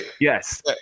Yes